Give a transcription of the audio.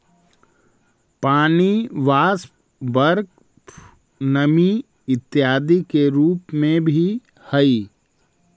पानी वाष्प, बर्फ नमी इत्यादि के रूप में भी हई